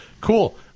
Cool